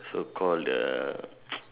so called the